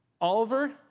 Oliver